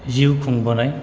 जिउ खुंबोनाय